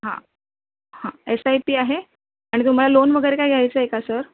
हां हां S I P आहे आणि तुम्हाला लोन वगैरे काही घ्यायचं आहे का सर